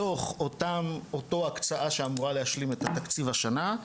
מתוך אותה הקצאה שאמורה להשלים את התקציב השנה,